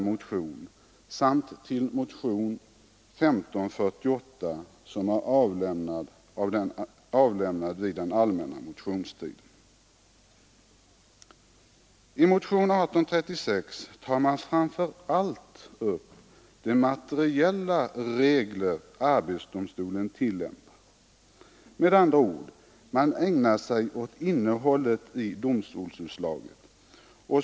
I motionen 1836 tar man framför allt upp de materiella regler arbetsdomstolen tillämpar. Med andra ord: Man ägnar sig åt innehållet i domstolsutslagen.